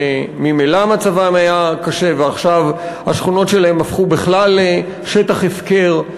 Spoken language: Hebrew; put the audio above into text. שממילא מצבם היה קשה ועכשיו השכונות שלהם הפכו בכלל שטח הפקר,